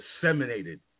disseminated